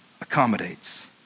accommodates